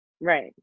Right